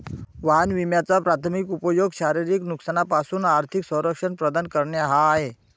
वाहन विम्याचा प्राथमिक उपयोग शारीरिक नुकसानापासून आर्थिक संरक्षण प्रदान करणे हा आहे